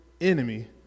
enemy